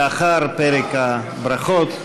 לאחר פרק הברכות,